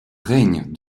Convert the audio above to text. règne